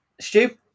Stu